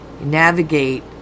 Navigate